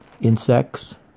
insects